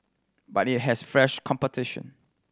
but it has fresh competition